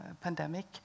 pandemic